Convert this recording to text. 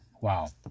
Wow